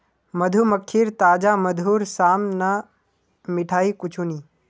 मधुमक्खीर ताजा मधुर साम न मिठाई कुछू नी